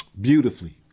beautifully